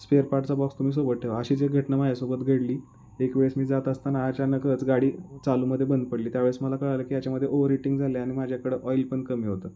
spare पार्टचा box तुम्ही सोबत ठेवा अशीच एक घटना माझ्यासोबत घडली एकवेळेस मी जात असताना अचानकच गाडी चालूमध्ये बंद पडली त्यावेळेस मला कळालं की याच्यामध्ये ओवरहिटिंग झालं आहे आणि माझ्याकडं ऑइल पण कमी होतं